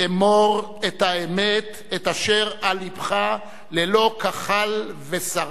אמור את האמת, את אשר על לבך, ללא כחל ושרק.